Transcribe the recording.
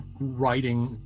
writing